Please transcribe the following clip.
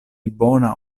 bona